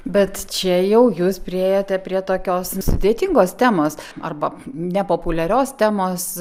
bet čia jau jūs priėjote prie tokios sudėtingos temos arba nepopuliarios temos